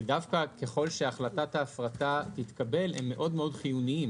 שדווקא ככל שהחלטת ההפרטה תתקבל הם מאוד מאוד חיוניים